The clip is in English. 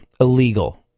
illegal